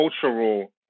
cultural